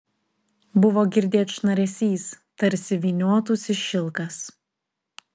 buvo girdėt šnaresys tarsi vyniotųsi šilkas